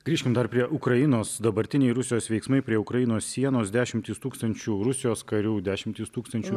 grįžkim dar prie ukrainos dabartiniai rusijos veiksmai prie ukrainos sienos dešimtys tūkstančių rusijos karių dešimtys tūkstančių